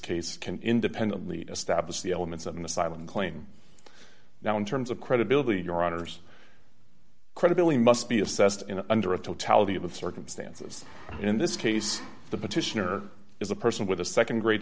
case can independently establish the elements in the silent claim now in terms of credibility your honour's credibility must be assessed under a totality of circumstances in this case the petitioner is a person with a nd grade